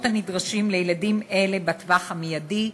הנדרשים לילדים אלה בטווח המיידי,